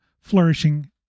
flourishing